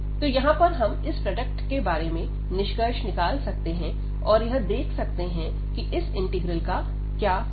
तो यहां पर हम इस प्रोडक्ट के बारे में निष्कर्ष निकाल सकते हैं और यह देख सकते हैं कि इस इंटीग्रल का क्या होगा